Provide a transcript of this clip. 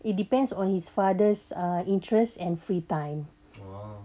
it depends on his father's uh interests and free time